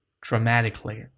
dramatically